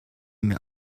mir